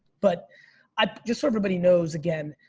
but just so nobody knows again.